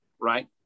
Right